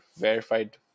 verified